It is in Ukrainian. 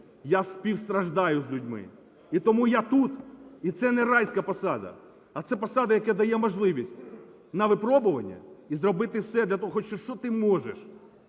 я співстраждаю з людьми, і тому я тут. І це райська посада, а це посада, яка дає можливість на випробування і зробити все для того, що ти можеш